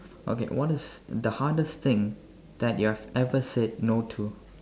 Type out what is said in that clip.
okay what is the hardest thing that you've ever said no to